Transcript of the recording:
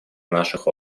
наших